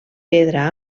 pedra